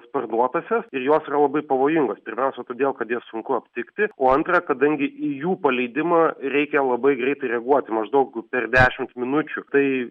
sparnuotąsias ir jos yra labai pavojingos pirmiausia todėl kad jas sunku aptikti o antra kadangi į jų paleidimą reikia labai greitai reaguoti maždaug per dešimt minučių tai